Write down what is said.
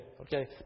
Okay